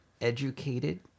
educated